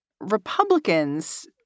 Republicans